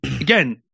again